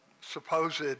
supposed